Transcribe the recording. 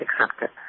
accepted